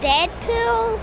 Deadpool